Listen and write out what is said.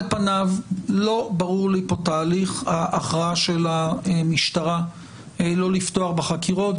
על פניו לא ברור לי פה תהליך ההכרעה של המשטרה לא לפתוח בחקירות.